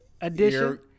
edition